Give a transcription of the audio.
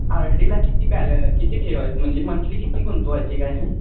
अर्डीला किती बॅल किती ठेवायला म्हणजे मंथली किती गुंतवायचे काय